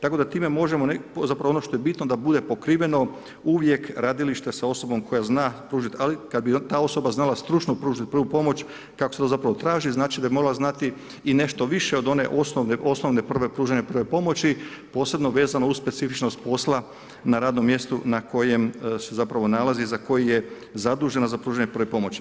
Tako da time možemo, zapravo ono što je bitno da bude pokriveno uvijek gradilište sa osobom koja zna pružit, ali kad bi ta osoba znala stručno pružit prvu pomoć kako se zapravo traži znači da bi trebala znati i nešto više od one osnovne pružanja prve pomoći posebno vezano uz specifičnost posla na radnom mjestu na kojem se zapravo nalazi za koji je zadužena za pružanje prve pomoći.